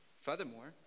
Furthermore